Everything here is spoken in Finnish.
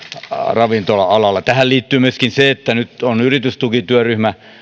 ravintola alalla tähän liittyy myöskin se että nyt on yritystukityöryhmä